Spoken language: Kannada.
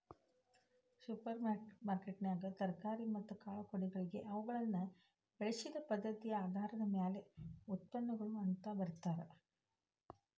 ಸೂಪರ್ ಮಾರ್ಕೆಟ್ನ್ಯಾಗ ತರಕಾರಿ ಮತ್ತ ಕಾಳುಕಡಿಗಳಿಗೆ ಅವುಗಳನ್ನ ಬೆಳಿಸಿದ ಪದ್ಧತಿಆಧಾರದ ಮ್ಯಾಲೆ ಉತ್ಪನ್ನಗಳು ಅಂತ ಬರ್ದಿರ್ತಾರ